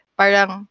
parang